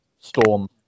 Storm